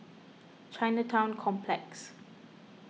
Chinatown Complex